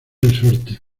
resorte